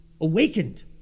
awakened